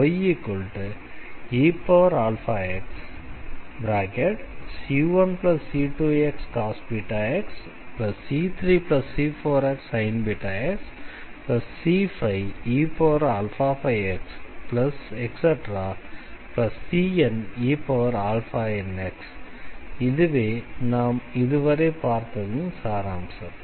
yeαxc1c2xcos βx c3c4xsin βx c5e5xcnenx இதுவே நாம் இதுவரை பார்த்ததின் சாராம்சம்